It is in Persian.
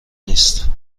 نیست